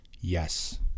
Yes